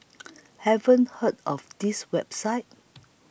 haven't heard of this website